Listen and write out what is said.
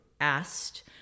asked